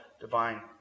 divine